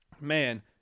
man